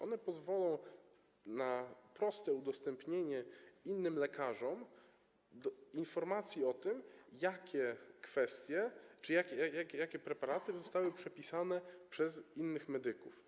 One pozwolą na proste udostępnienie innym lekarzom informacji o tym, jakie kwestie czy jakie preparaty zostały przepisane przez innych medyków.